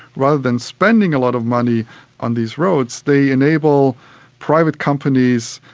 rather than spending a lot of money on these roads. they enable private companies,